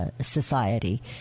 Society